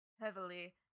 heavily